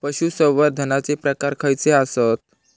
पशुसंवर्धनाचे प्रकार खयचे आसत?